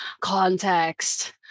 context